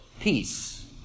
Peace